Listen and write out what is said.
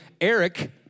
Eric